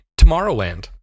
Tomorrowland